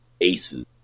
aces